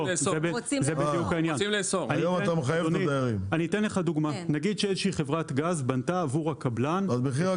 אני אתן לך דוגמה: נגיד שאיזו שהיא חברת גז בנתה עבור הקבלן -- רגע,